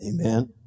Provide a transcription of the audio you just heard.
Amen